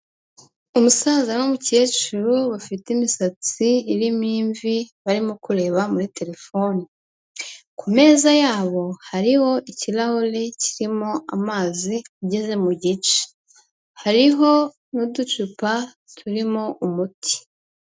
Umusaza n'umukecuru bafite imisatsi irimo imvi barimo kureba muri terefone. Ku meza yabo hariho ikirahuri kirimo amazi ageze mu gice. Hariho n'uducupa turimo umuti.